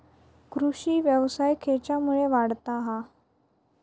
कृषीव्यवसाय खेच्यामुळे वाढता हा?